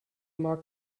mag